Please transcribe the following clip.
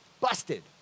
busted